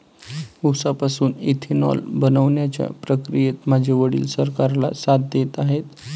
उसापासून इथेनॉल बनवण्याच्या प्रक्रियेत माझे वडील सरकारला साथ देत आहेत